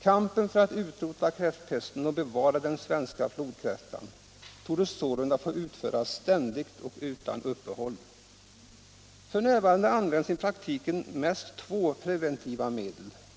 Kampen för att utrota kräftpesten och bevara den svenska flodkräftan torde sålunda få föras ständigt och utan uppehåll. F. n. används i praktiken mest två preventiva metoder.